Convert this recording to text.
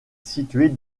située